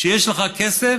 שיש לך כסף